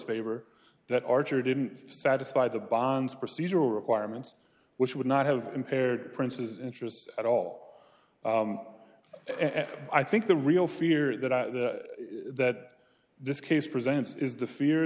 favor that archer didn't satisfy the bonds procedural requirements which would not have impaired princes interest at all and i think the real fear that i that this case presents is the fear